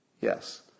Yes